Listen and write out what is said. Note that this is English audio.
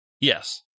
Yes